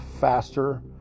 faster